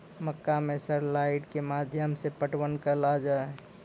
मक्का मैं sir light के माध्यम से पटवन कल आ जाए?